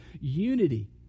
unity